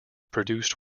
produced